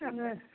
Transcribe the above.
ꯑꯥ